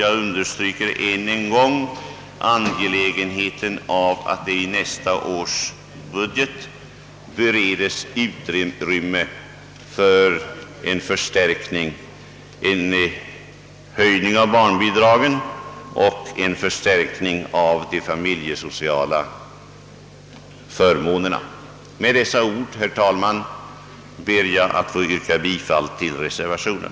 Jag understryker än en gång angelägenheten av, att man i nästa års budget bereder utrymme för en höjning av barnbidra get och en förstärkning av de familjesociala förmånerna. Med dessa ord, herr talman, ber jag att få yrka bifall till reservationen.